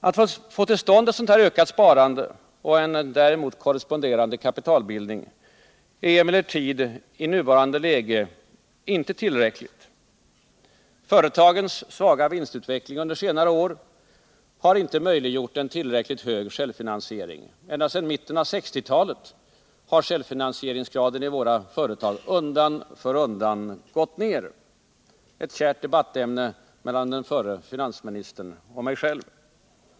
Au få till stånd ett ökat sparande och en däremot korresponderande kapitalbildning är emellertid i nuvarande läge inte tillräckligt. Företagens svaga vinstutveckling under senare år har inte möjliggjort en tillräckligt hög självfinansiering. Ända sedan mitten av 1960-talet har självfinansicringsgraden i våra företag undan för undan gått ned — ett kärt debattämne mellan den förre finansministern och mig själv.